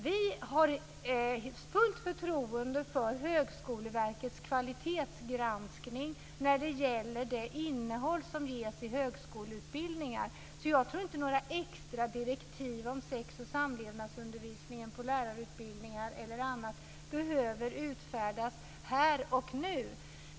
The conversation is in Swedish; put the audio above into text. Vi har fullt förtroende för Högskoleverkets kvalitetsgranskning när det gäller det innehåll som ges i högskoleutbildningar, så jag tror inte att några extra direktiv om sex och samlevnadsundervisningen på lärarutbildningar eller annat behöver utfärdas här och nu.